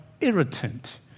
irritant